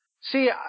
See